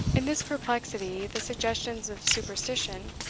in this perplexity, the suggestions of superstition,